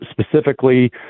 specifically